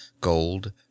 gold